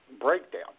breakdown